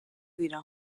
dira